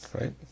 right